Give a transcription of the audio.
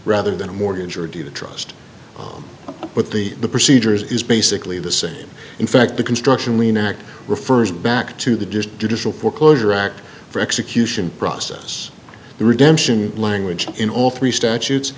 rather than a mortgage or do you trust them with the the procedures is basically the same in fact the construction lien act refers back to the just digital foreclosure act for execution process the redemption language in all three statutes